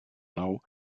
nou